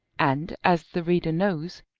and, as the reader knows,